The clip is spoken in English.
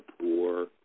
poor